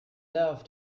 love